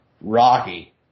Rocky